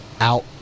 out